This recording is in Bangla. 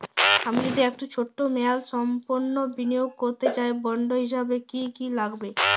আমি যদি একটু ছোট মেয়াদসম্পন্ন বিনিয়োগ করতে চাই বন্ড হিসেবে কী কী লাগবে?